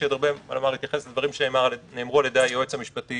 יש לי עוד הרבה מה להתייחס לדברים שנאמרו על ידי היועץ המשפטי